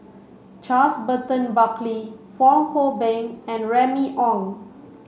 Charles Burton Buckley Fong Hoe Beng and Remy Ong